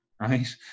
right